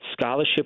scholarship